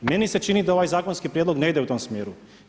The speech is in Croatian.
Meni se čini da ovaj zakonski prijedlog ne ide u tom smjeru.